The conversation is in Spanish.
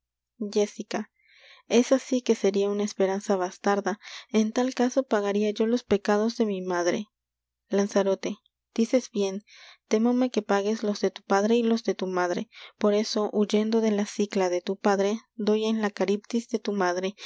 esa sí que seria una esperanza bastarda en tal caso pagaria yo los pecados de mi madre lanzarote dices bien témome que pagues los de tu padre y los de tu madre por eso huyendo de la scyla de tu padre